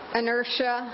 inertia